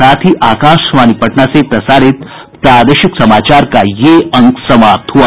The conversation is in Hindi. इसके साथ ही आकाशवाणी पटना से प्रसारित प्रादेशिक समाचार का ये अंक समाप्त हुआ